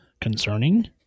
concerning